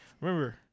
remember